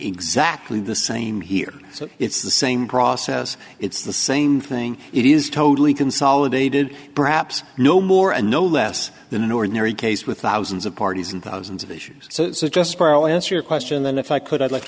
exactly the same here so it's the same process it's the same thing it is totally consolidated perhaps no more and no less than an ordinary case with thousands of parties and thousands of issues so just barely answer a question then if i could i'd like to